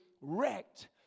wrecked